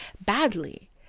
badly